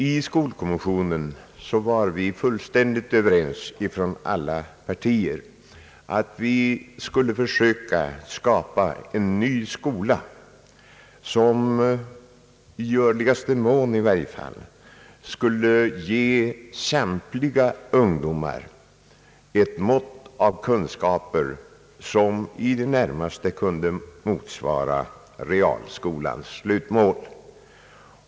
I skolkommissionen var alla partier fullständigt överens om att vi skulle försöka skapa en ny skola som i varje fall i görligaste mån skulle ge samtliga ungdomar ett mått av kunskaper som i det närmaste kunde motsvara realskolans slutmål.